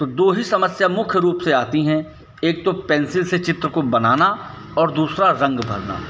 तो दो ही समस्या मुख्य आती हैं एक तो पेंसिल से चित्र को बनाना और दूसरा रंग भरना